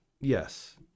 Yes